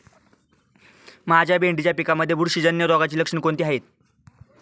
माझ्या भेंडीच्या पिकामध्ये बुरशीजन्य रोगाची लक्षणे कोणती आहेत?